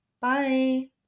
Bye